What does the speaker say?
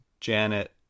janet